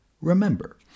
remember